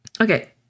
Okay